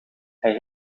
hij